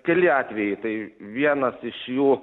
keli atvejai tai vienas iš jų